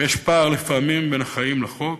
ויש פער לפעמים בין החיים לחוק,